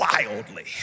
wildly